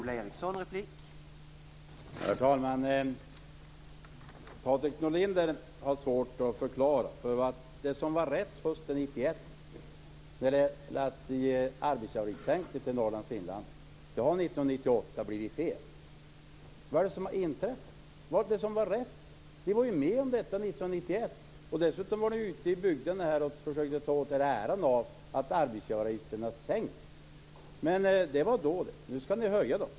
Herr talman! Patrik Norinder har svårt att förklara sig, därför att det som var rätt hösten 1991 när det gällde att sänka arbetsgivareavgifterna i Norrlands inland har 1998 blivit fel. Vad är det som har inträffat? Ni var ju med på detta 1991. Dessutom var ni ute i bygderna och försökte ta åt er äran av att arbetsgivareavgifterna sänktes. Men det var då det. Nu skall ni höja dem.